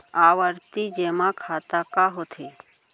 आवर्ती जेमा खाता का होथे?